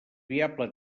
viable